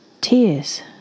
Tears